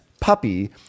Puppy